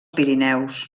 pirineus